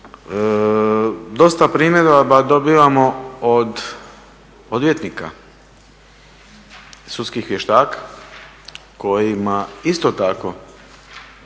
Dosta primjedaba dobivamo od odvjetnika, sudskih vještaka kojima isto tako